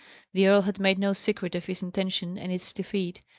the earl had made no secret of his intention and its defeat.